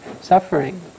suffering